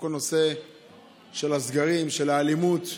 בכל הנושא של הסגרים, של האלימות,